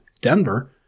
Denver